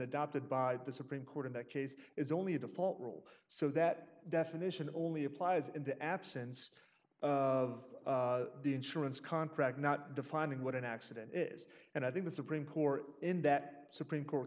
adopted by the supreme court in that case is only a default rule so that definition only applies in the absence of the insurance contract not defining what an accident is and i think the supreme court in that supreme court